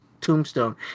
tombstone